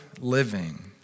living